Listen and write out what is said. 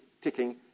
ticking